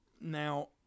Now